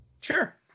Sure